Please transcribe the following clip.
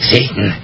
Satan